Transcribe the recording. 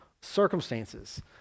circumstances